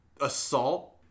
assault